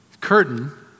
Curtain